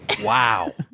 wow